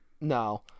No